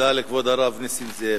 תודה לכבוד הרב נסים זאב.